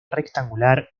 rectangular